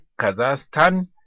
Kazakhstan